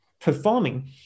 performing